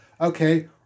okay